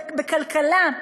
בכלכלה.